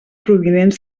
provinents